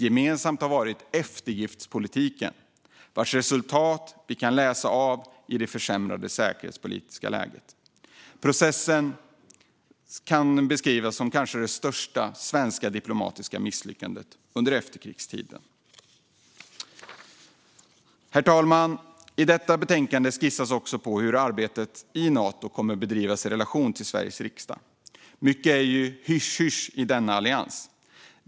Gemensamt har varit den eftergiftspolitik vars resultat vi nu kan läsa av i ett försämrat säkerhetspolitiskt läge. Processen kan beskrivas som det kanske största svenska diplomatiska misslyckandet under efterkrigstiden. Herr talman! I detta betänkande skissas också på hur arbetet i Nato kommer att bedrivas i relation till Sveriges riksdag. Mycket är ju hysch-hysch i denna allians.